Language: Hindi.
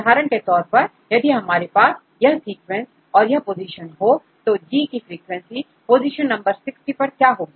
उदाहरण के तौर पर यदि हमारे पास यह सीक्वेंस और यह पोजीशन हो तो G की फ्रीक्वेंसी पोजीशन नंबर60 पर क्या होगी